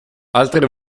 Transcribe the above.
altre